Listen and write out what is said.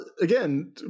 again